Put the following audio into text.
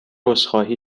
عذرخواهی